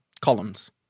columns